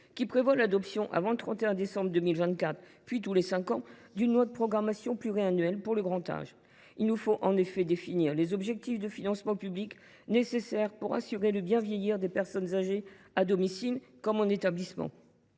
qui prévoit l’adoption avant le 31 décembre 2024, puis tous les cinq ans, d’une loi de programmation pluriannuelle pour le grand âge. Il nous faut en effet définir les objectifs de financement public nécessaires pour assurer le bien vieillir des personnes âgées à domicile comme en établissement